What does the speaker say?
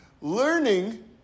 Learning